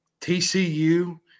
TCU